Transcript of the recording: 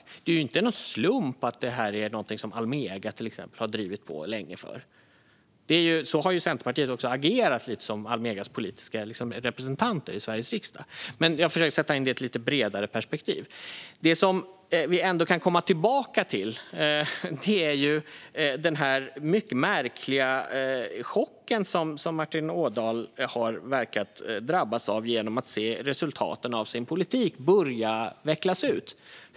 Det är inte en slump att detta är något som till exempel Almega länge har drivit på. Centerpartiet har agerat som Almegas politiska representant i Sveriges riksdag. Jag försöker sätta in detta i ett lite bredare perspektiv. Det som vi kan komma tillbaka till är den märkliga chock som Martin Ådahl verkar ha drabbats av genom att se resultaten av sin politik börja vecklas ut.